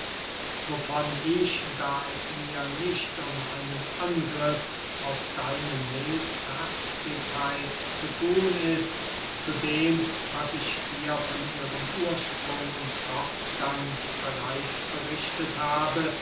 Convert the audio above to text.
wovon ich da es mir nicht um einen angriff auf deine mildherzigkeit zu thun ist zu dem was ich dir von ihrem ursprung und fortgang bereits berichtet habe